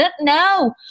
No